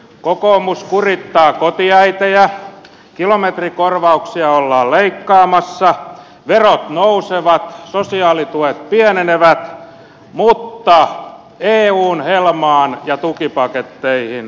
kokoomus kurittaa kotiäitejä kilometrikorvauksia ollaan leikkaamassa verot nousevat sosiaalituet pienenevät mutta eun helmaan ja tukipaketteihin riittää rahaa